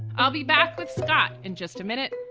i'll be back with scott in just a minute.